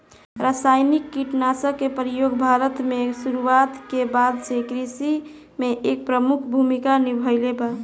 रासायनिक कीटनाशक के प्रयोग भारत में शुरुआत के बाद से कृषि में एक प्रमुख भूमिका निभाइले बा